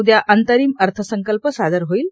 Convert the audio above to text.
उद्या अंतरिम अर्थसंकल्प सादर होईल